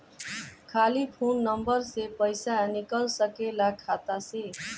खाली phone number से पईसा निकल सकेला खाता से?